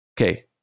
Okay